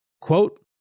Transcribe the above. Quote